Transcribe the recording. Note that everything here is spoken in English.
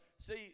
See